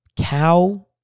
cow